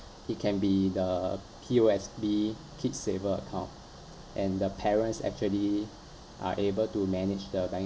it can be the P_O_S_B kid's saver account and the parents actually are able to manage the bank